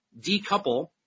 decouple